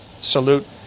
Salute